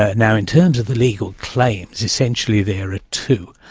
ah now, in terms of the legal claims, essentially there are two,